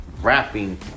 rapping